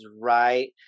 right